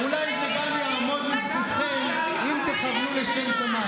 רצו אתכם פורקי